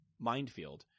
Mindfield